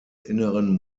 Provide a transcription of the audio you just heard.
inneren